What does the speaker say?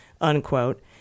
unquote